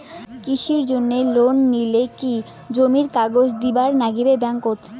কৃষির জন্যে লোন নিলে কি জমির কাগজ দিবার নাগে ব্যাংক ওত?